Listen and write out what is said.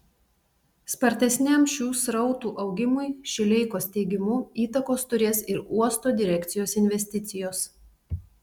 spartesniam šių srautų augimui šileikos teigimu įtakos turės ir uosto direkcijos investicijos